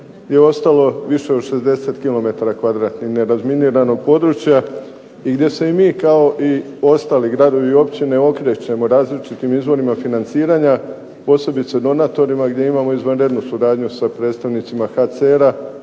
je ostalo više od 60 kilometara kvadratnih nerazminiranog područja i gdje se i mi kao i ostali gradovi i općine okrećemo različitim izvorima financiranja, posebice donatorima gdje imamo izvanrednu suradnju sa predstavnicima HCR-a,